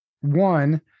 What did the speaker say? One